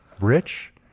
rich